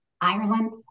Ireland